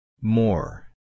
More